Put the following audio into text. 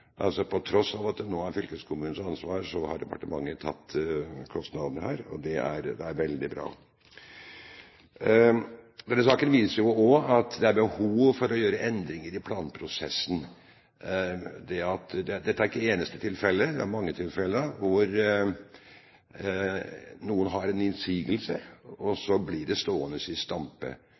På tross av at det nå er fylkeskommunens ansvar, har departementet tatt kostnadene her, og det er veldig bra. Denne saken viser jo også at det er behov for å gjøre endringer i planprosessen. Dette er ikke det eneste tilfellet, det er mange tilfeller hvor noen har en innsigelse, og så blir det stående i stampe.